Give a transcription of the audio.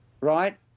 right